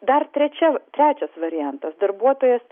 dar trečia trečias variantas darbuotojas